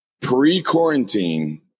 pre-quarantine